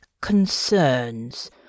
concerns